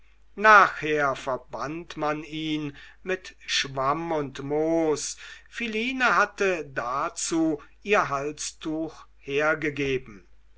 nachher verband man ihn mit schwamm und moos philine hatte dazu ihr halstuch hergegeben